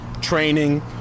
training